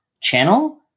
channel